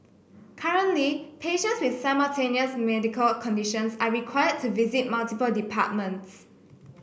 currently patients with simultaneous medical conditions are required to visit multiple departments